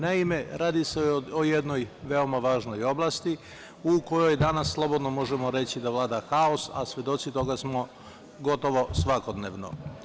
Naime, radi se o jednoj veoma važnoj oblasti, u kojoj danas slobodno možemo reći da vlada haos, a svedoci toga smo gotovo svakodnevno.